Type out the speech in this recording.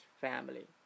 family